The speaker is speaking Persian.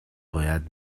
باید